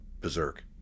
berserk